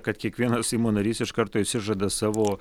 kad kiekvienas seimo narys iš karto išsižada savo